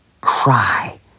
cry